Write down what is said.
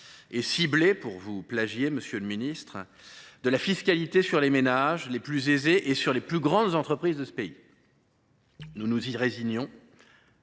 et ciblée »– je vous plagie, monsieur le ministre – de la fiscalité sur les ménages les plus aisés et sur les plus grandes entreprises de ce pays. Nous nous y résignons,